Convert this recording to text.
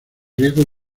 riesgo